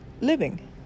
living